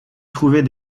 trouver